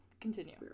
continue